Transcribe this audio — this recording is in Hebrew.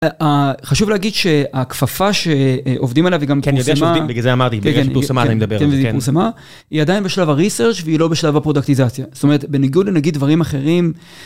חשוב להגיד שהכפפה שעובדים עליה וגם היא פורסמה, בגלל זה אמרתי, בגלל שפורסמה אתה מדבר, היא פורסמה, היא עדיין בשלב הריסרץ' והיא לא בשלב הפרודקטיזציה. זאת אומרת, בניגוד לנגיד דברים אחרים,